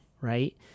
right